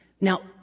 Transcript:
Now